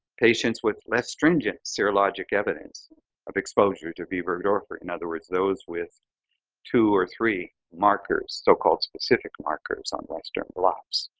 patients with less stringent serologic evidence of exposure to b. burgdorferi. in other words, those with two or three markers, so-called specific markers on western blots.